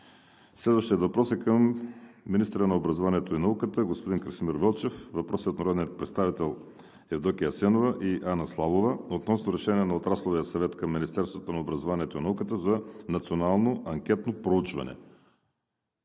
Следващият въпрос е към министъра на образованието и науката господин Красимир Вълчев. Въпросът е от народните представители Евдокия Асенова и Анна Славова относно решение на Отрасловия съвет към Министерството на образованието и науката за национално анкетно проучване.